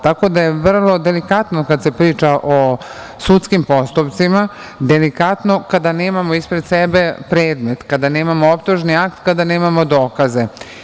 Tako da je vrlo delikatno kad se priča o sudskim postupcima, delikatno kada nemamo ispred sebe predmet, kada nemamo optužno akt, kada nemamo dokaze.